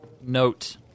Note